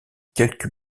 quelques